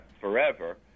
forever